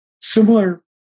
similar